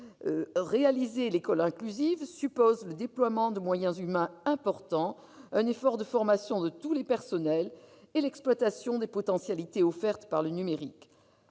Réaliser l'École inclusive suppose le déploiement de moyens humains importants, un effort de formation de tous les personnels et l'exploitation des potentialités offertes par le numérique.